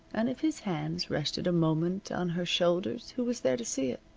and if his hands rested a moment on her shoulders who was there to see it?